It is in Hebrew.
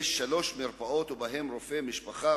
יש שלוש מרפאות ובהן רופא משפחה,